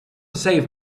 save